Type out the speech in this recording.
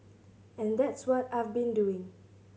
and that's what I've been doing